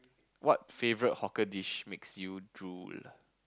what favourite hawker dish makes you drool lah